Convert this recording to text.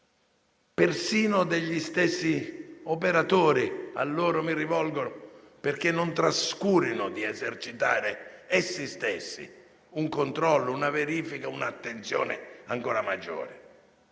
persino degli stessi operatori, ai quali mi rivolgo perché non trascurino di esercitare essi stessi un controllo, una verifica, un'attenzione ancora maggiore.